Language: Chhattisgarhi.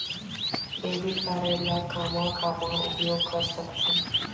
डेबिट कारड ला कामा कामा उपयोग कर सकथन?